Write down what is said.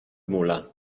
molar